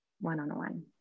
one-on-one